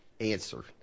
answer